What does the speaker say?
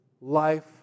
life